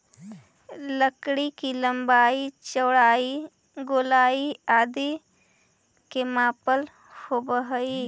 लकड़ी के लम्बाई, चौड़ाई, गोलाई आदि के मापन होवऽ हइ